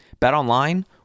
BetOnline